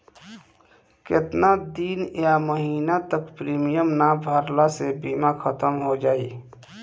केतना दिन या महीना तक प्रीमियम ना भरला से बीमा ख़तम हो जायी?